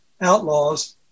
outlaws